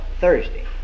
thursday